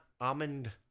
Almond